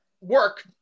work